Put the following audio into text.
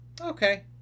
Okay